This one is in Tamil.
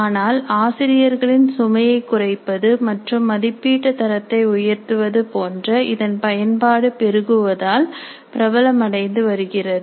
ஆனால் ஆசிரியர்களின் சுமையை குறைப்பது மற்றும் மதிப்பீட்டு தரத்தை உயர்த்துவது போன்ற இதன் பயன்பாடு பெருகுவதால் பிரபலமடைந்து வருகிறது